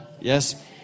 Yes